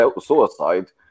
suicide